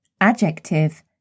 adjective